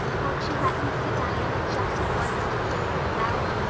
won't you let me see diana just once to say farewell?